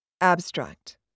Abstract